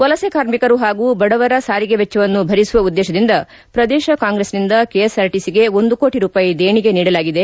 ವಲಸೆ ಕಾರ್ಮಿಕರು ಹಾಗೂ ಬಡವರ ಸಾರಿಗೆ ವೆಚ್ಚವನ್ನು ಭರಿಸುವ ಉದ್ದೇತದಿಂದ ಪ್ರದೇಶ ಕಾಂಗ್ರೆಸ್ನಿಂದ ಕೆಎಸ್ಆರ್ಟಿಸಿಗೆ ಒಂದು ಕೋಟ ರೂಪಾಯಿ ದೇಣಿಗೆ ನೀಡಲಾಗಿದೆ